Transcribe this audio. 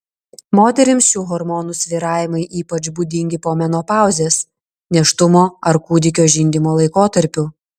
moterims šių hormonų svyravimai ypač būdingi po menopauzės nėštumo ar kūdikio žindymo laikotarpiu